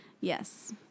yes